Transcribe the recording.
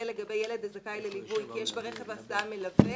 לגבי ילד הזכאי לליווי כי יש ברכב ההסעה מלווה"